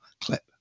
clip